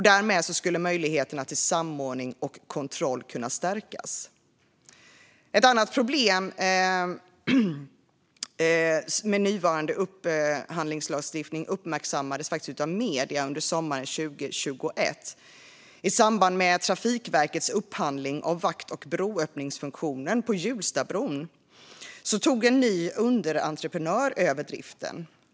Därmed skulle möjligheterna till samordning och kontroll kunna stärkas. Ett annat problem med nuvarande upphandlingslagstiftning uppmärksammades av medier under sommaren 2021. I samband med Trafikverkets upphandling av vakt och broöppningsfunktionen på Hjulstabron tog en ny underentreprenör över driften.